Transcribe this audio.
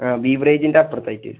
ആ ബീവറേജിന്റെ അപ്പുറത്തായിട്ട് വരും